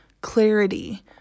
clarity